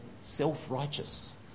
self-righteous